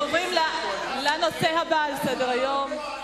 אנחנו עוברים לנושא הבא שעל סדר-היום: